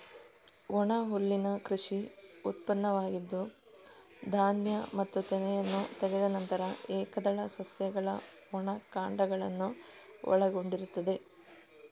ಒಣಹುಲ್ಲಿನ ಕೃಷಿ ಉಪ ಉತ್ಪನ್ನವಾಗಿದ್ದು, ಧಾನ್ಯ ಮತ್ತು ತೆನೆಯನ್ನು ತೆಗೆದ ನಂತರ ಏಕದಳ ಸಸ್ಯಗಳ ಒಣ ಕಾಂಡಗಳನ್ನು ಒಳಗೊಂಡಿರುತ್ತದೆ